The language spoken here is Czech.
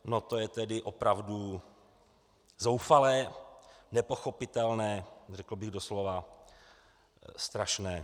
No to je tedy opravdu zoufalé, nepochopitelné, řekl bych doslova strašné.